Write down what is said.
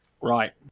Right